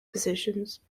positions